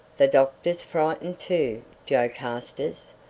the doctor's frightened too, joe carstairs.